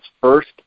first